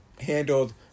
handled